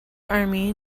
army